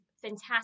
fantastic